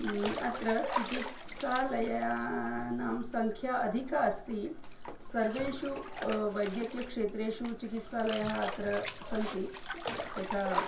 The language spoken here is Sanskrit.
अत्र चिकित्सालयानां सङ्ख्या अधिका अस्ति सर्वेषु वैद्यकीयक्षेत्रेषु चिकित्सालयः अत्र सन्ति यथा